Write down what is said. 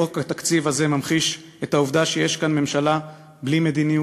חוק התקציב הזה ממחיש את העובדה שיש כאן ממשלה בלי מדיניות,